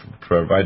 provide